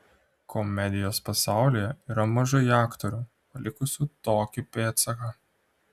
komedijos pasaulyje yra mažai aktorių palikusių tokį pėdsaką